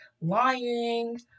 lying